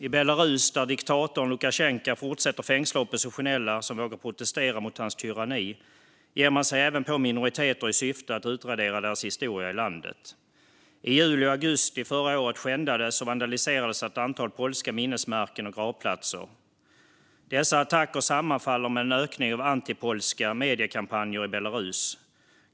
I Belarus, där diktatorn Lukasjenko fortsätter att fängsla oppositionella som vågar protestera mot hans tyranni, ger man sig även på minoriteter i syfte att utradera deras historia i landet. I juli och augusti förra året skändades och vandaliserades ett antal polska minnesmärken och gravplatser. Dessa attacker sammanfaller med en ökning av antipolska mediekampanjer i Belarus.